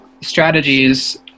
strategies